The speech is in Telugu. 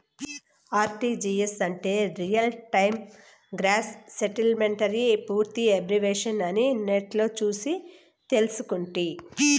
ఆర్టీజీయస్ అంటే రియల్ టైమ్ గ్రాస్ సెటిల్మెంటని పూర్తి ఎబ్రివేషను అని నెట్లో సూసి తెల్సుకుంటి